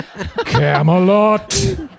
Camelot